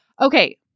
Okay